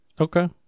Okay